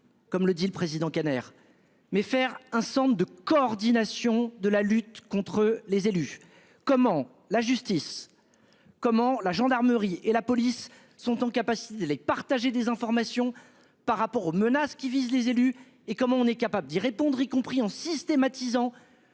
comme le dit le président Kader mais faire un centre de coordination de la lutte contre les élus. Comment la justice. Comment la gendarmerie et la police sont en capacité les partager des informations par rapport aux menaces qui visent les élus et comment on est capable d'y répondre y compris en systématisant.